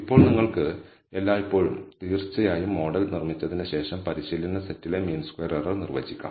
ഇപ്പോൾ നിങ്ങൾക്ക് എല്ലായ്പ്പോഴും തീർച്ചയായും മോഡൽ നിർമ്മിച്ചതിന് ശേഷം പരിശീലന സെറ്റിലെ മീൻ സ്ക്വയർ എറർ നിർവചിക്കാം